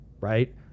right